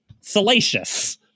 salacious